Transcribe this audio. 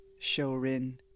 Shorin